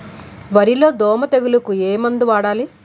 వరిలో దోమ తెగులుకు ఏమందు వాడాలి?